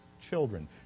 children